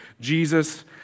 Jesus